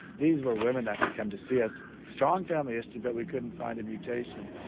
these were women that had come to see us, strong family history but we couldn't find a mutation,